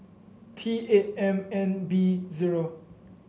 T eight M nine B zero